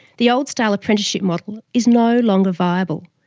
the old-style apprenticeship model is no longer viable.